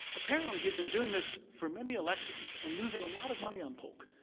apparently he had been doing this for many elections and losing a lot of money on polk.